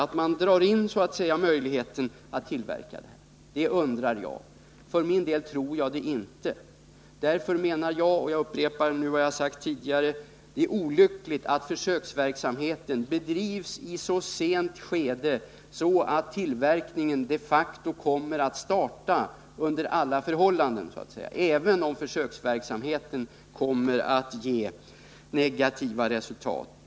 Kan man så att säga dra in möjligheten för fabriken att tillverka den här burken? Det undrar jag, och för min del tror jag det inte. Därför menar jag — och jag upprepar det som jag sagt tidigare — att det är olyckligt att försöksverksamheten kommer in i ett så sent skede att tillverkningen de facto under alla förhållanden kommer att starta, alltså även om försöksverksamheten ger negativt resultat.